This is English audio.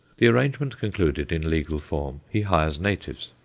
the arrangement concluded in legal form, he hires natives,